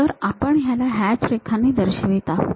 तर आपण याला हॅच रेखांनी दर्शवित आहोत